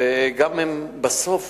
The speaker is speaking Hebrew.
וגם אם בסוף